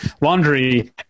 laundry